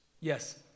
Yes